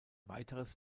weiteres